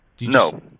No